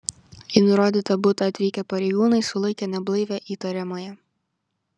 į nurodytą butą atvykę pareigūnai sulaikė neblaivią įtariamąją